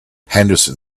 henderson